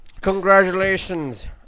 Congratulations